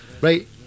right